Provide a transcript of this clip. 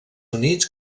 units